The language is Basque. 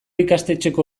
ikastetxeko